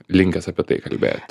linkęs apie tai kalbėt